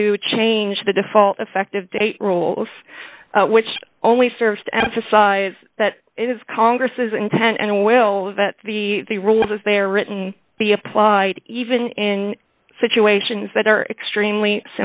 to change the default effective date rules which only serves to emphasize that it is congress's intent and will that the the rules as they are written be applied even in situations that are extremely